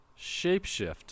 shapeshift